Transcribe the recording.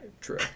True